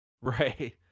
Right